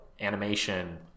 animation